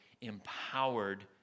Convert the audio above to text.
empowered